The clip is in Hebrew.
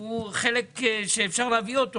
הוא חלק שאפשר להביא אותו,